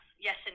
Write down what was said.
yes